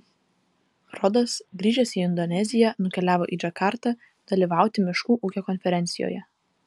rodas grįžęs į indoneziją nukeliavo į džakartą dalyvauti miškų ūkio konferencijoje